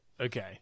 Okay